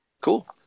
Cool